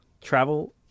travel